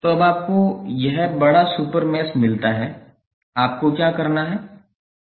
तो अब आपको यह बड़ा सुपर मैश मिलता है आपको क्या करना है